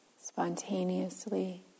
spontaneously